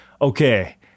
okay